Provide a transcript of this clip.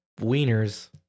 wieners